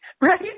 Right